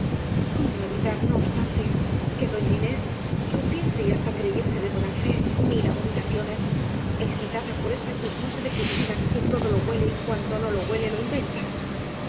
cómo evitar no obstante que doña inés supiese y hasta creyese de buena fe mil abominaciones excitada por esa chismosa de crispina que todo lo huele y cuando no lo huele lo inventa